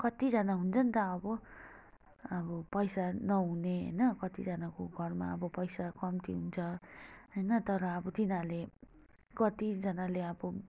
कतिजना हुन्छ नि त अब अब पैसा नहुने होइन कतिजनाको घरमा अब पैसा कम्ती हुन्छ होइन तर अब तिनीहरूले कतिजनाले अब